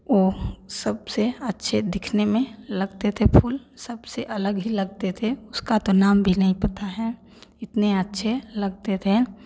वो सबसे अच्छे दिखने में लगते थे फूल सबसे अलग ही लगते थे उसका तो नाम भी नहीं पता है इतने अच्छे लगते थे